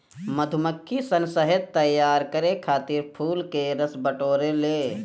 मधुमक्खी सन शहद तैयार करे खातिर फूल के रस बटोरे ले